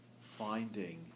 finding